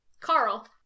Carl